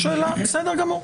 סעיף 15. בסדר גמור.